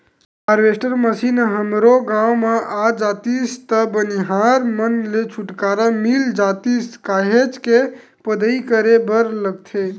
harvester machine हमरो गाँव म आ जातिस त बनिहार मन ले छुटकारा मिल जातिस काहेच के पदई करे बर लगथे